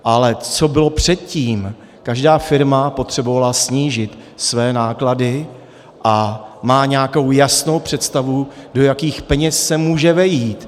Ale co bylo předtím, každá firma potřebovala snížit své náklady a má nějakou jasnou představu, do jakých peněz se může vejít.